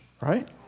right